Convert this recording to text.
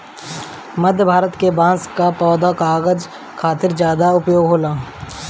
मध्य भारत के बांस कअ पौधा कागज खातिर ज्यादा उपयोग होला